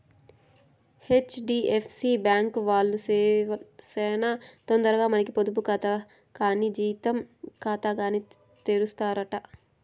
HDFC bank వాల్లు సేనా తొందరగా మనకి పొదుపు కాతా కానీ జీతం కాతాగాని తెరుస్తారట